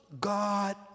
God